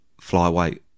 flyweight